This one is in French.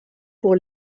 pour